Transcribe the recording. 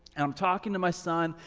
and i'm talking to my son,